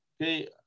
Okay